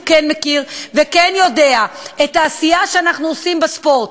שהוא כן מכיר וכן יודע על העשייה שאנחנו עושים בספורט,